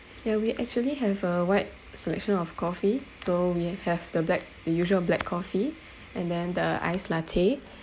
ya we actually have a wide selection of coffee so we have the black the usual black coffee and then the iced latte